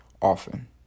often